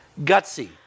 Gutsy